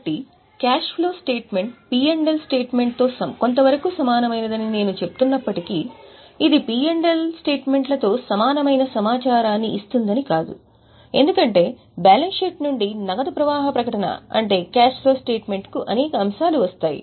కాబట్టి cash flow statement P L statement లతో సమానమైన సమాచారాన్ని ఇస్తుందని కాదు ఎందుకంటే బ్యాలెన్స్ షీట్ నుండి నగదు ప్రవాహ ప్రకటన అంటే క్యాష్ ఫ్లో స్టేట్మెంట్ కు అనేక అంశాలు వస్తాయి